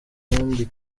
tundi